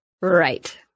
Right